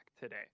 today